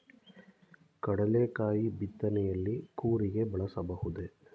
ಕಡ್ಲೆಕಾಯಿ ಬಿತ್ತನೆಯಲ್ಲಿ ಕೂರಿಗೆ ಬಳಸಬಹುದೇ?